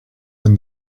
when